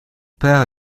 père